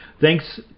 Thanks